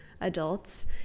adults